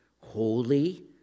holy